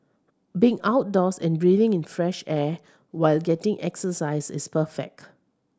being outdoors and breathing in fresh air while getting exercise is perfect